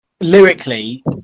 lyrically